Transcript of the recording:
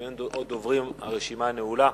אם אין עוד דוברים, הרשימה נעולה.